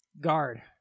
Guard